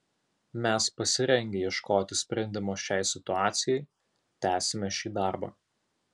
mes pasirengę ieškoti sprendimo šiai situacijai tęsime šį darbą